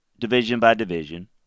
division-by-division